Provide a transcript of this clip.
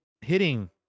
hitting